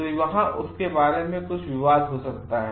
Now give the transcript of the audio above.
तो वहाँ इसके बारे में कुछ विवाद हो सकता है